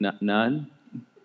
None